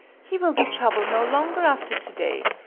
he will be trouble no longer after to-day.